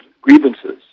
grievances